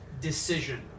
decision